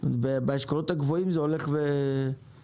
באשכולות הגבוהים זה הולך ופוחת.